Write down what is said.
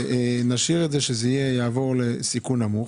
נשאיר את זה כך שזה יעבור לסיכון נמוך.